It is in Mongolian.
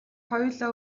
хоёулаа